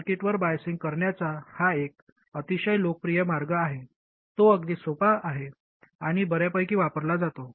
सर्किटवर बायझींग करण्याचा हा एक अतिशय लोकप्रिय मार्ग आहे तो अगदी सोपा आहे आणि बर्यापैकी वापरला जातो